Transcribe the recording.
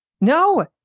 No